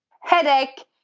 headache